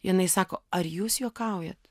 jinai sako ar jūs juokaujat